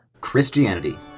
Christianity